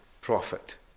profit